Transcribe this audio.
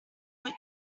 what